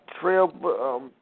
Trail